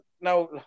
now